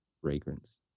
fragrance